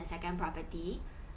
a second property